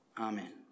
Amen